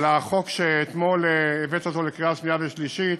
החוק שהבאת אתמול לקריאה שנייה ושלישית.